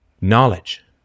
knowledge